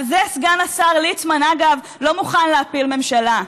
על זה סגן השר ליצמן, אגב, לא מוכן להפיל ממשלה,